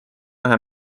ühe